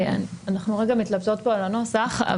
אנחנו מתלבטות פה רגע לגבי הנוסח.